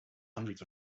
hundreds